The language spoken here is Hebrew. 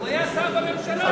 הוא היה שר בממשלה.